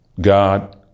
God